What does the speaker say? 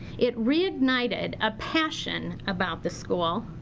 it reignited a passion about the school.